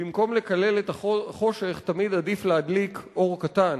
"במקום לקלל את החושך תמיד עדיף להדליק אור קטן".